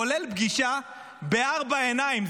כולל פגישה בארבע עיניים,